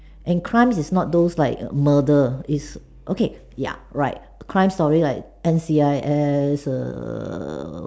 in crimes its not those like murder its okay ya right crimes stories like N_C_I_S